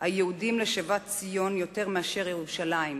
היהודים לשיבת ציון יותר מירושלים,